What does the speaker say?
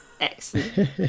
Excellent